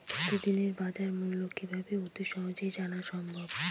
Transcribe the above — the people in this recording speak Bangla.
প্রতিদিনের বাজারমূল্য কিভাবে অতি সহজেই জানা সম্ভব?